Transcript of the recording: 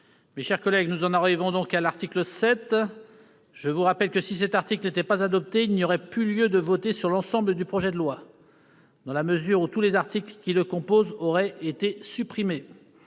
6. Je vais mettre aux voix l'article 7. Je rappelle que, si cet article n'était pas adopté, il n'y aurait plus lieu de voter sur l'ensemble du projet de loi, dans la mesure où tous les articles qui le composent auraient été supprimés.